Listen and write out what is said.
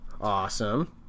Awesome